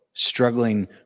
struggling